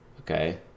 okay